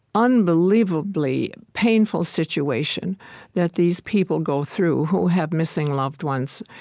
unbelievably painful situation that these people go through who have missing loved ones,